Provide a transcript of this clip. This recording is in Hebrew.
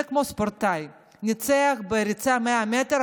זה כמו ספורטאי: ניצח בריצת 100 מטר,